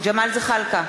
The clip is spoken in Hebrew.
ג'מאל זחאלקה,